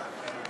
ברכה קצרה.